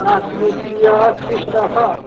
नासफथिया थ्रिस थाखा